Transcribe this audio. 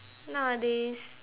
nowadays